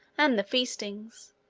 and the feastings,